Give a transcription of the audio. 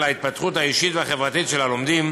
ההתפתחות האישית והחברתית של הלומדים,